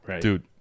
dude